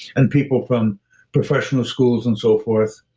and people from professional schools and so forth.